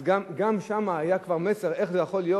אז גם שם כבר היה מסר: איך זה יכול להיות